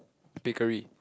bakery